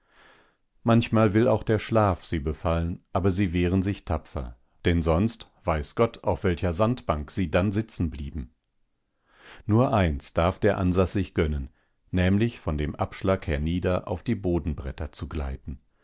manchmal will auch der schlaf sie befallen aber sie wehren sich tapfer denn sonst weiß gott auf welcher sandbank sie dann sitzen blieben nur eins darf der ansas sich gönnen nämlich von dem abschlag hernieder auf die bodenbretter zu gleiten